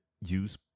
use